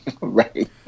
right